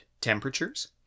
temperatures